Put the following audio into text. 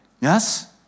Yes